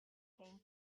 came